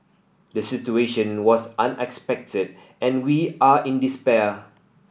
the situation was unexpected and we are in despair